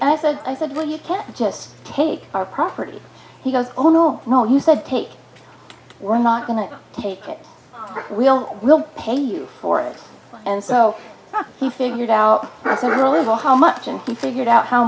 as i said well you can't just take our property he goes oh no no you said take we're not going to take it we'll we'll pay you for it and so he figured out how much and he figured out how